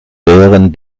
deren